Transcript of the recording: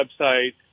website